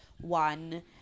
one